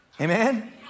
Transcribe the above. Amen